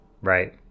right